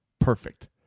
perfect